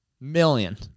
Million